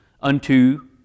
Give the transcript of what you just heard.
unto